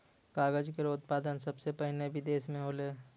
कागज केरो उत्पादन सबसें पहिने बिदेस म होलै